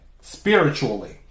spiritually